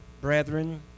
brethren